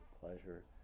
pleasure